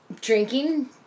Drinking